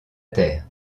terre